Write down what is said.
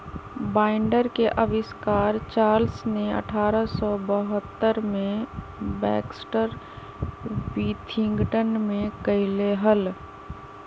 binder के आविष्कार Charles ने अठारह सौ बहत्तर में बैक्सटर विथिंगटन में कइले हल